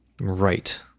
right